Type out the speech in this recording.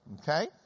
okay